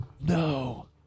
No